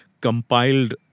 compiled